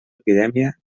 epidèmia